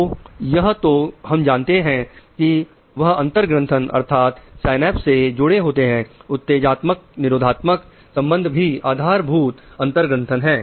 तो यह तो हम जानते हैं कि वह अंतर ग्रंथन अर्थात साएनेप्स से जुड़े होते हैं उत्तेजनात्मक निरोधात्मक संबंध ही आधारभूत अंतर ग्रंथन है